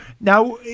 Now